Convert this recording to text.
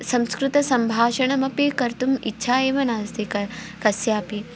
संस्कृतसम्भाषणमपि कर्तुम् इच्छा एव नास्ति क कस्यापि